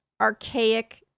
archaic